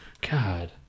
God